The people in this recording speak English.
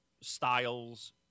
Styles